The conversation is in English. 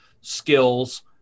skills